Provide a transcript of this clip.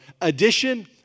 addition